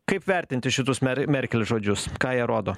kaip vertinti šitus mer merkel žodžius ką jie rodo